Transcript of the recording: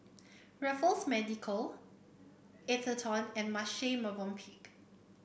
Raffles Medical Atherton and Marche Movenpick